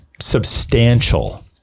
substantial